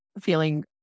feeling